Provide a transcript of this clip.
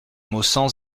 maussangs